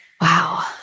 wow